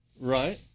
right